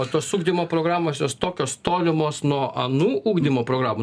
o tos ugdymo programos jos tokios tolimos nuo anų ugdymo programų